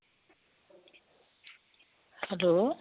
hello